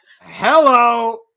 Hello